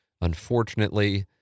Unfortunately